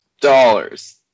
Dollars